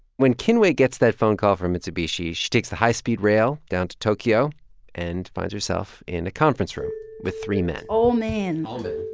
when kinue gets that phone call from mitsubishi, she takes the high-speed rail down to tokyo and finds herself in a conference room with three men all men all men?